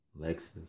Lexus